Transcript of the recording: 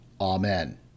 Amen